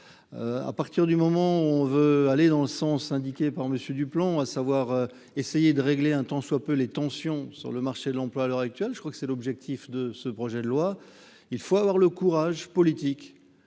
à partir du moment où on veut aller dans le sens indiqué par monsieur du plomb à savoir essayer de régler un tant soit peu les tensions sur le marché de l'emploi, à l'heure actuelle, je crois que c'est l'objectif de ce projet de loi, il faut avoir le courage politique